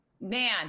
man